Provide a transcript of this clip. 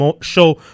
show